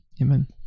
Amen